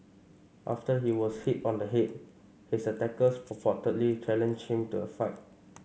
after he was hit on the head his attackers purportedly challenged him to a fight